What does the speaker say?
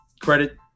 credit